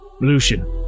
Lucian